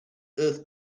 earth